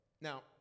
Now